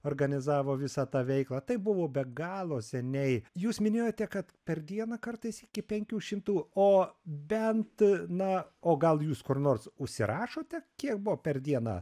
organizavo visą tą veiklą tai buvo be galo seniai jūs minėjote kad per dieną kartais iki penkių šimtų o bent na o gal jūs kur nors užsirašote kiek buvo per dieną